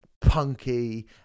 punky